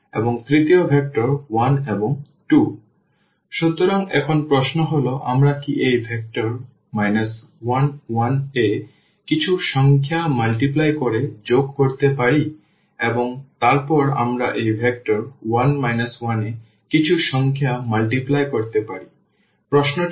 x1 1 y 1 1 1 2 সুতরাং এখন প্রশ্ন হল আমরা কি এই ভেক্টর 1 1 এ কিছু সংখ্যা গুণ করে যোগ করতে পারি এবং তারপর আমরা এই ভেক্টর 1 1 এ কিছু সংখ্যা গুণ করতে পারি